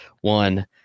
one